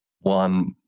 one